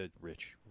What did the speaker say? rich